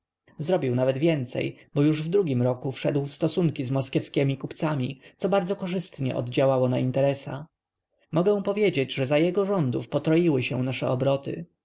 zrobił nawet więcej bo już w drugim roku wszedł w stosunki z moskiewskimi kupcami co bardzo korzystnie oddziałało na interesa mogę powiedzieć że za jego rządów potroiły się nasze obroty